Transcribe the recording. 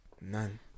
none